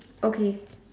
okay